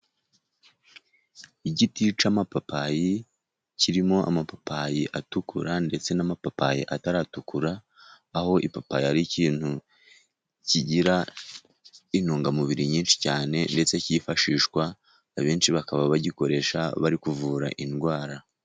Igiti cy'amapapayi kirimo amapapayi atukura ndetse n'amapapayi ataratukura, aho ipapayi ari ikintu kigira intungamubiri nyinshi cyane ndetse cyifashishwa, abenshi bakaba bagikoresha bari kuvura indwara.